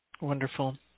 wonderful